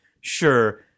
sure